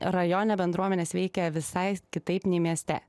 rajone bendruomenės veikia visai kitaip nei mieste